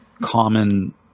common